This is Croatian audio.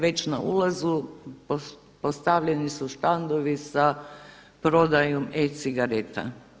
Već na ulazu, postavljeni su štandovi sa prodajom e-cigareta.